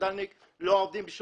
של הצד"לניקים,